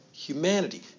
Humanity